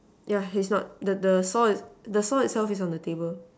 yeah he's not the the fault itself is on the table